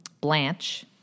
Blanche